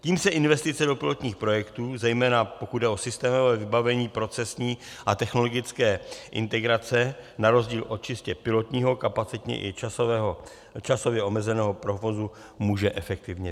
Tím se investice do pilotních projektů, zejména pokud jde o systémové vybavení procesní a technologické integrace na rozdíl od čistě pilotního, kapacitně i časově omezeného provozu, může efektivně využít.